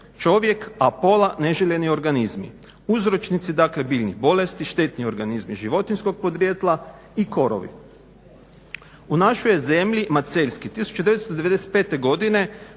čovjek, a pola neželjeni organizmi uzročnici dakle biljnih bolesti, štetni organizmi životinjskog podrijetla i korovi. U našoj je zemlji Maceljski 1995. godine